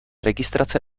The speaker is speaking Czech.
registrace